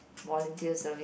volunteer service